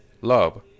love